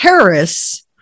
Terrorists